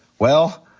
well,